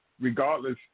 regardless